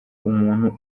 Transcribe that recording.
umuntu